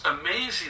amazing